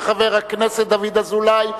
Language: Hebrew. של חבר הכנסת דוד אזולאי.